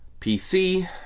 PC